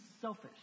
selfish